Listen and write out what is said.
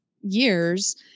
years